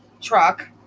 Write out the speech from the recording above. truck